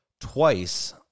twice